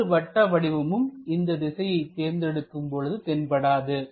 மற்றொரு வட்ட வடிவமும் இந்த திசையை தேர்ந்தெடுக்கும் பொழுது தென்படாது